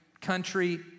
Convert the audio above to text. country